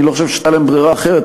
אני לא חושב שהייתה להם ברירה אחרת,